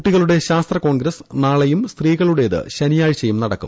കുട്ടികളുടെ ശാസ്ത്ര കോൺഗ്രസ് നാളെയും സ്ത്രീകളുടേത് ശനിയാഴ്ചയും നടക്കും